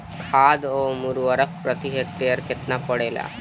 खाध व उर्वरक प्रति हेक्टेयर केतना पड़ेला?